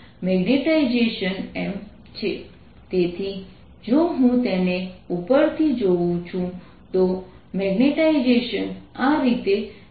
અને તેઓ અસાઇનમેન્ટઓ ઉત્પન્ન કરવા તેના ઉકેલો પેદા કરવા માટે જવાબદાર છે